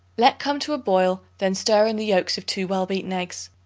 let come to a boil then stir in the yolks of two well-beaten eggs.